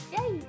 Yay